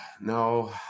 No